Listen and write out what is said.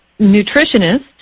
nutritionist